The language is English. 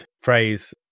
phrase